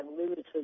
limited